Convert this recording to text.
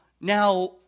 Now